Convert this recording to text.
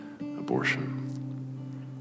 Abortion